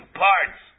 parts